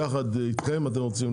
יחד איתכם אם אתם רוצים,